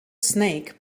snake